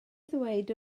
ddweud